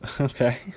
Okay